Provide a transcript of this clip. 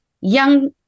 young